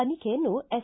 ತನಿಖೆಯನ್ನು ಎಸ್